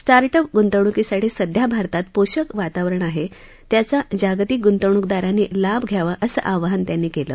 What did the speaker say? start up गुंतवणूकीसाठी सध्या भारतात पोषक वातावरण आहे त्याचा जागतिक गुंतवणुकदारांनी लाभ घ्यावा असं आवाहन त्यांनी केलं